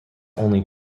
only